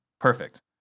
perfect